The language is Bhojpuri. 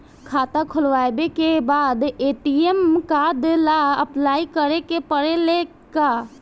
खाता खोलबाबे के बाद ए.टी.एम कार्ड ला अपलाई करे के पड़ेले का?